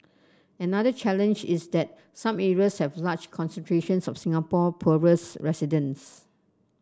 another challenge is that some areas have large concentrations of Singapore poorest residents